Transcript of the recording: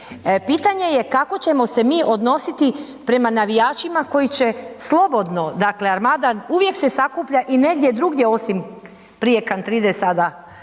Pitanje je kako ćemo se mi odnositi prema navijačima koji će slobodno, dakle, Armada, uvijek se sakuplja i negdje drugdje osim prije Kantride sada